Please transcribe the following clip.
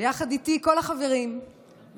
ויחד איתי כל החברים והמורים